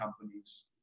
companies